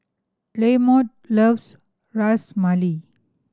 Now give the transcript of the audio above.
Lamont loves Ras Malai